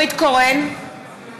היא